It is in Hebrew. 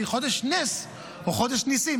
חודש נס או חודש ניסים.